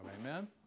Amen